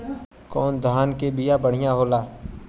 कौन धान के बिया बढ़ियां होला?